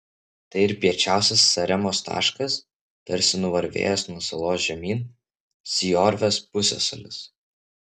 tai ir piečiausias saremos taškas tarsi nuvarvėjęs nuo salos žemyn siorvės pusiasalis